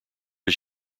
his